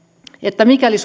että mikäli